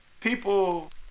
people